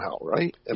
right